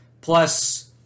plus